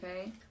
okay